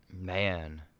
Man